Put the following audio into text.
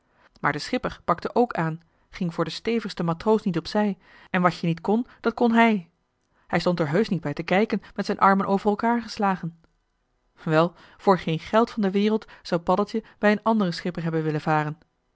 maar de schipper pakte k aan ging voor den stevigsten matroos niet op zij en wat je niet kon dat kon hij hij stond er heusch niet bij te kijken met zijn armen over elkaar geslagen wel voor geen geld van de wereld zou paddeltje bij een anderen schipper hebben willen varen